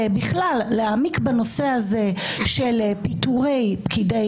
ובכלל להעמיק בנושא הזה של פיטורי פקידי